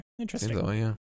interesting